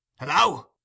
Hello